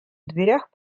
дверях